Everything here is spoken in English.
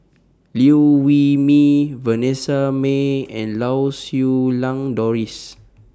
Liew Wee Mee Vanessa Mae and Lau Siew Lang Doris